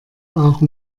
auch